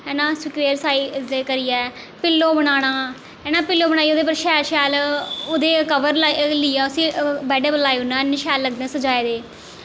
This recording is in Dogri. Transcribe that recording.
है ना करियै पिल्लो बनाना है ना पिल्लो बनाइयै ओह्दे उप्पर शैल शैल ओह्दे कवर लेइयै उसी बेड्ड उप्पर लाई ओड़ना है नी शैल लगदे सजाए दे